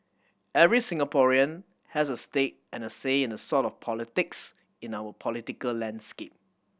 every Singaporean has a stake and a say in the sort of politics in our political landscape